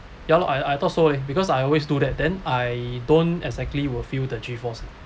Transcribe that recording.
ya lah I I thought so eh because I always do that then I don't exactly will feel the G force